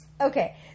okay